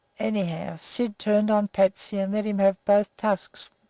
anyhow, syd turned on patsy and let him have both tusks,